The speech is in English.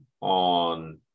on